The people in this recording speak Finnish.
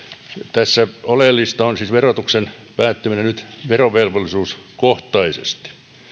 tässä oleellista on siis verotuksen päättyminen nyt verovelvolliskohtaisesti